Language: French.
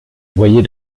boyer